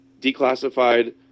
declassified